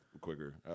quicker